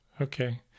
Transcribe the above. okay